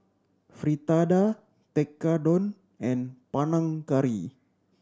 Fritada Tekkadon and Panang Curry